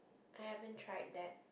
I haven't try that